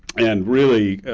and really,